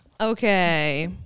Okay